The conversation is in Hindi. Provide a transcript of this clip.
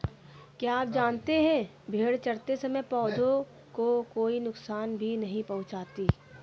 क्या आप जानते है भेड़ चरते समय पौधों को कोई नुकसान भी नहीं पहुँचाती